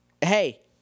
hey